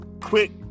quick